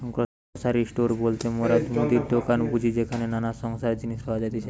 grocery store বলতে মোরা মুদির দোকান বুঝি যেখানে নানা সংসারের জিনিস পাওয়া যাতিছে